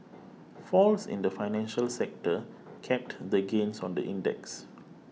falls in the financial sector capped the gains on the index